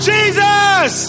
Jesus